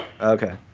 Okay